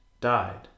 died